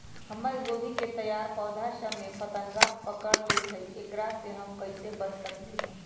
हमर गोभी के तैयार पौधा सब में फतंगा पकड़ लेई थई एकरा से हम कईसे बच सकली है?